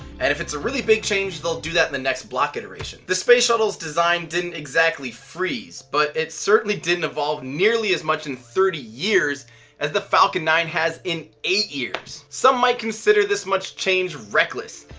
and if it's a really big change, they'll do that on the next block iteration. the space shuttle's design didn't exactly freeze, but it certainly didn't evolve nearly as much in thirty years as the falcon nine has in eight years. some might consider this much change reckless,